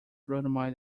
rheumatoid